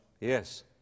Yes